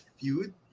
feud